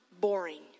boring